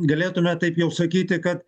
galėtume taip jau sakyti kad